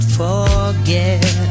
forget